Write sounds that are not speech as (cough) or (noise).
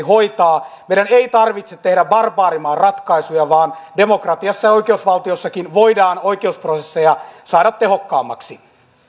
(unintelligible) hoitaa meidän ei tarvitse tehdä barbaarimaan ratkaisuja vaan demokratiassa ja oikeusvaltiossakin voidaan oikeusprosesseja saada tehokkaammaksi